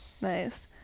Nice